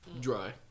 dry